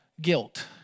guilt